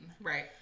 right